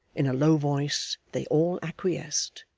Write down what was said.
in a low voice they all acquiesced,